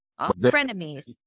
Frenemies